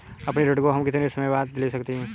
अपने ऋण को हम कितने समय बाद दे सकते हैं?